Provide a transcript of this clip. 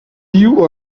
viu